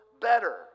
better